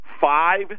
five